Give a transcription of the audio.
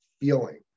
feeling